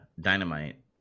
Dynamite